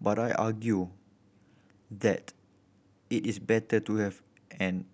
but I argue that it is better to have an